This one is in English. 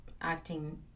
acting